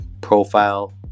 Profile